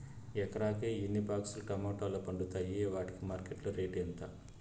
ఎకరాకి ఎన్ని బాక్స్ లు టమోటాలు పండుతాయి వాటికి మార్కెట్లో రేటు ఎంత?